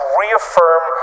reaffirm